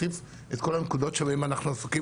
הציף את כל הנקודות שבהן אנחנו עסוקים,